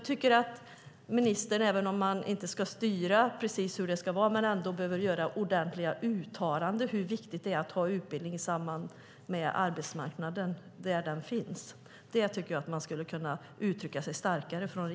Även om ministern inte ska styra precis hur det ska vara behöver han göra ordentliga uttalanden om hur viktigt det är att ha utbildningar där en arbetsmarknad finns. Det skulle regeringen kunna uttrycka starkare.